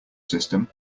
system